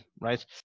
right